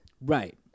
Right